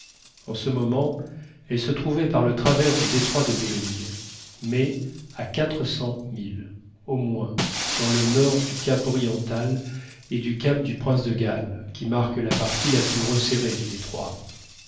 en ce moment elle se trouvait par le travers du détroit de behring mais à quatre cents milles au moins dans le nord du cap oriental et du cap du prince de galles qui marquent la partie la plus resserrée du détroit